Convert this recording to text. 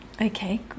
Okay